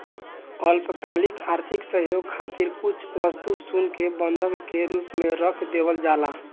अल्पकालिक आर्थिक सहयोग खातिर कुछ वस्तु सन के बंधक के रूप में रख देवल जाला